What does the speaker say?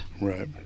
Right